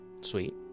Sweet